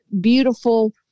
beautiful